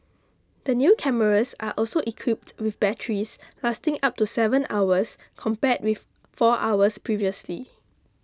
the new cameras are also equipped with batteries lasting up to seven hours compared with four hours previously